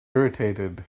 irritated